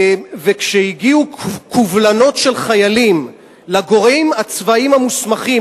וכשהגיעו קובלנות של חיילים לגורמים הצבאיים המוסמכים,